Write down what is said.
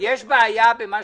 מה שבדרך כלל עושים,